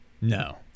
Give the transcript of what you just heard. No